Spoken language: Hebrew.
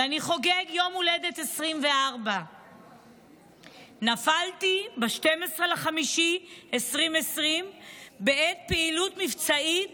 ואני חוגג יום הולדת 24. נפלתי ב-12 במאי 2020 בעת פעילות מבצעית